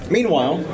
Meanwhile